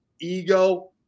ego